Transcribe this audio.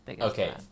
Okay